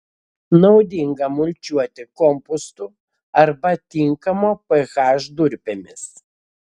naudinga mulčiuoti kompostu arba tinkamo ph durpėmis